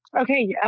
Okay